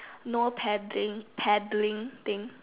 no padding paddling thing